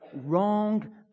wrong